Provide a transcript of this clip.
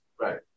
Right